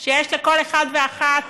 שיש לכל אחד ואחת